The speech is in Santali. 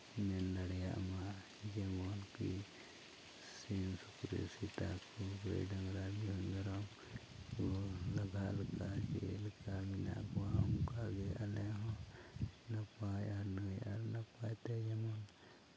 ᱢᱮᱱ ᱫᱟᱲᱮᱭᱟᱜ ᱢᱟ ᱟᱨᱠᱤᱱᱚᱣᱟ ᱠᱤ ᱥᱤᱢ ᱥᱩᱠᱨᱤ ᱥᱮᱛᱟ ᱠᱚ ᱜᱟᱹᱭ ᱰᱟᱝᱨᱟ ᱡᱮᱢᱚᱱ ᱢᱮᱨᱚᱢ ᱠᱚ ᱞᱟᱜᱟᱣ ᱞᱮᱠᱟ ᱪᱮᱫ ᱞᱮᱠᱟ ᱢᱮᱱᱟᱜ ᱠᱚᱣᱟ ᱚᱱᱠᱟᱜᱮ ᱟᱞᱮ ᱦᱚᱸ ᱱᱟᱯᱟᱭ ᱟᱨ ᱱᱟᱹᱭ ᱟᱨ ᱱᱟᱯᱟᱭ ᱛᱮ ᱡᱮᱢᱚᱱ